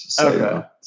Okay